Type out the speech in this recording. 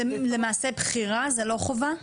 למעשה זה בחירה זו לא חובה?